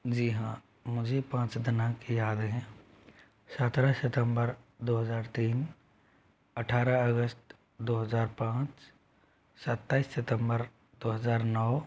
जी हाँ मुझे पाँच दिनांक याद हैं सत्रह सितंबर दो हज़ार तीन अट्ठारह अगस्त दो हज़ार पाँच सत्ताईस सितंबर दो हज़ार नौ